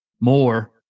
more